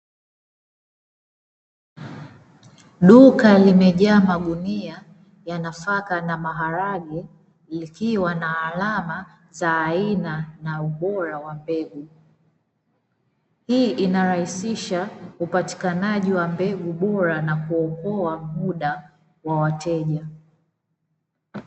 Duka limejaa magunia ya nafaka na maharage likiwa na alama na aina ya ubora wa mbegu. Hii inarahisisha upatikanaji wa mbegu bora na kuokoa muda wa wateja.